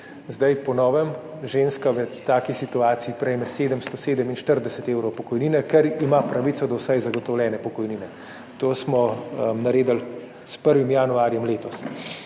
Zdaj, po novem, ženska v taki situaciji prejme 747 evrov pokojnine, ker ima pravico do vsaj zagotovljene pokojnine. To smo naredili s 1. januarjem letos.